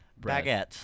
baguettes